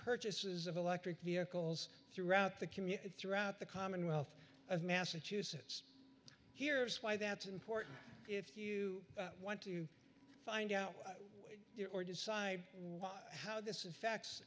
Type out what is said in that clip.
purchases of electric vehicles throughout the community throughout the commonwealth of massachusetts here's why that's important if you want to find out there or decide how this effects